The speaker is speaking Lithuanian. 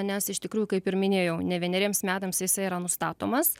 nes iš tikrųjų kaip ir minėjau ne vieneriems metams jisai yra nustatomas